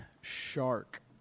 shark